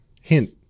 Hint